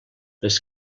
les